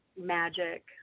magic